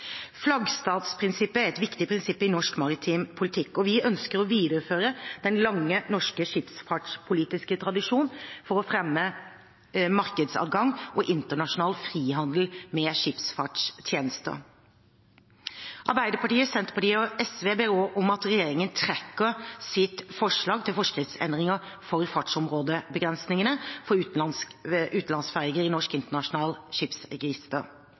Flaggstatsprinsippet er et viktig prinsipp i norsk maritim politikk. Vi ønsker å videreføre den lange norske skipsfartspolitiske tradisjon for å fremme markedsadgang og internasjonal frihandel med skipsfartstjenester. Arbeiderpartiet, Senterpartiet og SV ber også regjeringen trekke sitt forslag til forskriftsendring for fartsområdebegrensningene for utenlandsferger i norsk